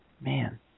man